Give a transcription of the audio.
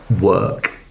work